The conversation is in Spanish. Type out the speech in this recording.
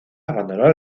abandonó